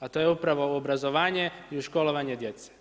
a to je upravo u obrazovanje i u školovanje djece.